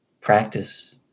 practice